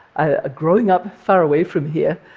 ah growing up far away from here,